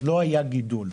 לא היה גידול.